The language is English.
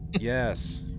Yes